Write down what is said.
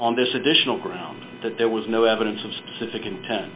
on this additional grounds that there was no evidence of specific intent